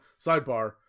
Sidebar